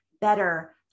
better